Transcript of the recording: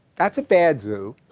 that's a bad zoo.